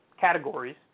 categories